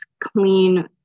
clean